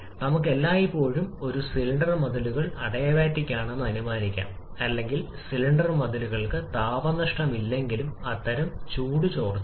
ഇത് കുറയുമ്പോൾ മോളുകളുടെ എണ്ണം അതിനാൽ സിലിണ്ടറിനുള്ളിലെ മർദ്ദവും കുറയും